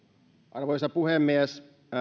arvoisa puhemies